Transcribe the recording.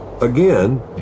Again